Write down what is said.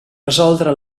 resoldre